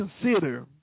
consider